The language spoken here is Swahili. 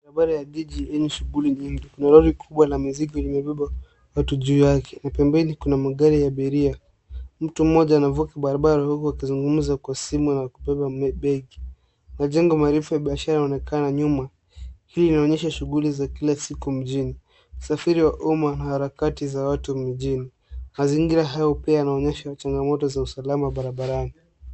Barabara ya jiji yenye shughui nyingi. Kuna lori kubwa na mizigo imebeba watu juu yake. Pembeni kuna magari ya abiria. Mtu mmoja anavuka barabara huko akizungumza kwa simu na kubeba begi. Majengo marefu ya biashara yanaonekana nyuma. Hili linaonyesha shughuli za kila siku mjini. Usafiri wa umma na harakati za watu mjini. Mazingira hayo pia yanaonyesha changamoto za usalama barabarani.